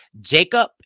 Jacob